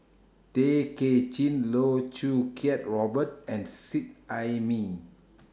Tay Kay Chin Loh Choo Kiat Robert and Seet Ai Mee